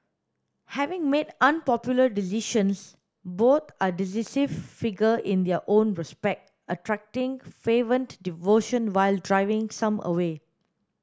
having made unpopular decisions both are divisive figure in their own respect attracting fervent devotion while driving some away